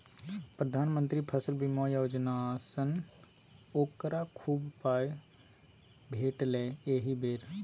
प्रधानमंत्री फसल बीमा योजनासँ ओकरा खूब पाय भेटलै एहि बेर